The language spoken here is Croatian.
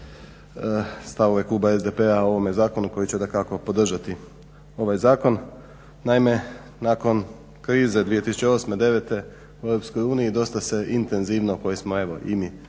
stavove kluba SDP-a o ovome zakonu koji će dakako podržati ovaj zakon. Naime, nakon krize 2008., 2009. u EU dosta se intenzivno koje smo i mi sada